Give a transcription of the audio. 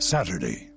Saturday